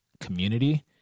community